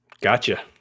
Gotcha